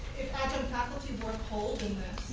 adjunct faculty board polled in